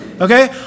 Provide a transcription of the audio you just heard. Okay